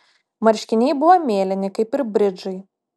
marškiniai buvo mėlyni kaip ir bridžai